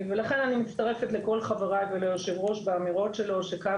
לכן אני מצטרפת לכל חבריי וליושב הראש באמירות שלו שכאן